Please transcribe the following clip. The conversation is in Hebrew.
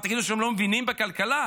מה, תגידו שהם לא מבינים בכלכלה?